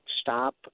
stop